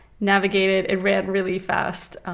navigated. it read really fast.